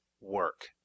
work